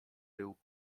był